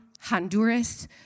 Honduras